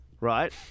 Right